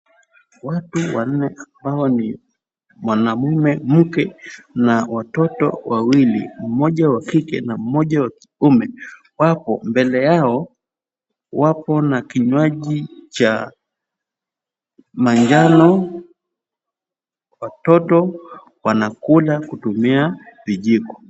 Watu wanne ambao ni mwanamme, mke na watoto wawili, mmoja wa kike na mmoja wa kiume wapo. Mbele yao wako na kinywaji cha manjano. Watoto wanakula kutumia vijiko.